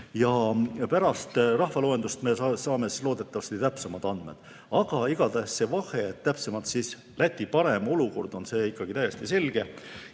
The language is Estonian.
Pärast rahvaloendust me saame loodetavasti täpsemad andmed. Aga igatahes see vahe, täpsemalt siis Läti parem olukord, on ikkagi täiesti selge.